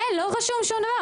אין לא רשום שום דבר,